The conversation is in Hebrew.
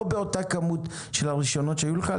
לא באותה כמות של הרישיונות שהיו לך,